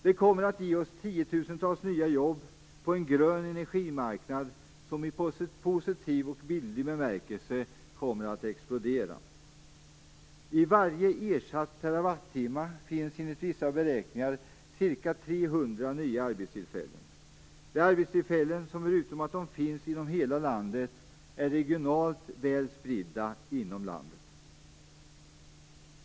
Det kommer att ge oss tiotusentals nya jobb på en grön energimarknad som i positiv och bildlig bemärkelse kommer att explodera. I varje ersatt TWh finns enligt vissa beräkningar ca 300 nya arbetstillfällen. Det är arbetstillfällen som förutom att de finns i hela landet är regionalt väl spridda inom landet.